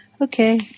okay